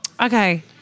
Okay